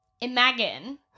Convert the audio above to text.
Imagine